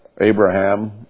Abraham